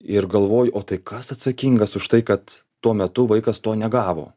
ir galvoju o tai kas atsakingas už tai kad tuo metu vaikas to negavo